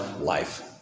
life